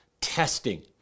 testing